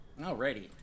Alrighty